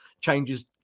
changes